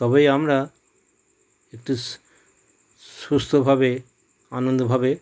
তবে আমরা একটু সু সুস্থভাবে আনন্দ ভাবে